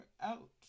out